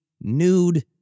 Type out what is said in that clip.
nude